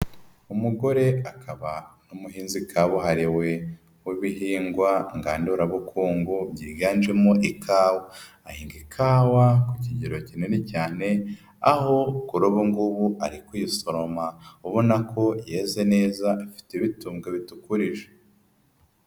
Umugore akaba n'umuhinzi kabuhariwe w'ibihingwa ngandura bukungu byiganjemo ikawa, ahinga ikawa ku kigero kinini cyane aho kuri ubu ngubu ari kuyisoroma ubona ko yeze neza ifite ibitumbwe bitukurije.